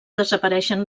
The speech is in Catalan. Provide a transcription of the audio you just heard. desapareixen